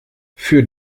für